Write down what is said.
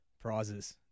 prizes